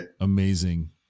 amazing